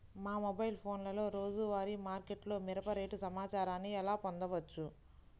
మా మొబైల్ ఫోన్లలో రోజువారీ మార్కెట్లో మిరప రేటు సమాచారాన్ని ఎలా పొందవచ్చు?